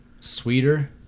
sweeter